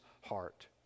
heart